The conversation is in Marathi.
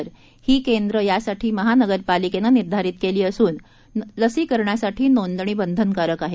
ते ही केंद्र यासाठी महानगरपालिकेनं निर्धारित केली असून लसीकरणासाठी नोंदणी बंधनकारक आहे